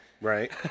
Right